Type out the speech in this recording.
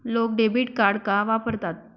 लोक debit card का वापरतात?